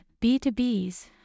B2Bs